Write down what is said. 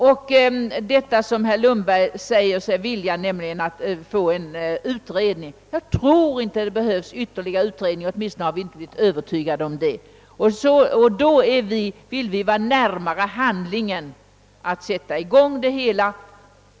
Vi har inte blivit övertygade om att det såsom herr Lundberg gör gällande behövs en ytterligare utredning för att ha möjlighet att sätta i gång det hela.